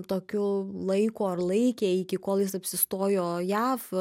tokiu laiko ar laikė iki kol jis apsistojo jav